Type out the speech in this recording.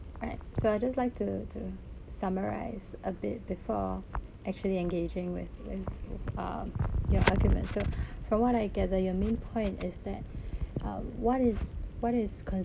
right so I'd just like to to summarise a bit before actually engaging with with with um your argument so from what I gather your main point is that um what is what is